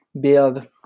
build